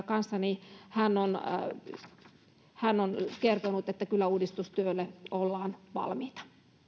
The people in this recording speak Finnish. kanssa niin hän on kertonut että kyllä uudistustyöhön ollaan valmiita